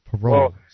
Parole